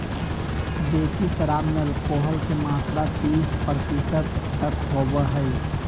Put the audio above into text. देसी शराब में एल्कोहल के मात्रा तीस प्रतिशत तक होबो हइ